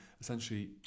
essentially